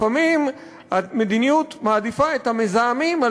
לפעמים המדיניות מעדיפה את המזהמים על